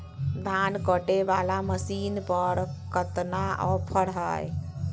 धान कटे बाला मसीन पर कतना ऑफर हाय?